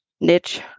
niche